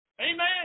Amen